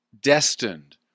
destined